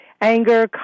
anger